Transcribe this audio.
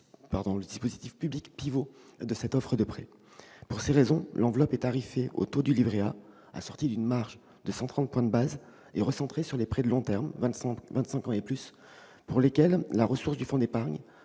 être le dispositif public pivot de l'offre de prêt. Pour ces raisons, l'enveloppe est tarifée au taux du livret A assorti d'une marge de 130 points de base et recentrée sur les prêts de long terme, soit vingt-cinq ans et plus, pour lesquels la ressource du fonds d'épargne,